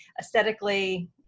aesthetically